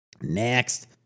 Next